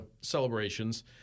celebrations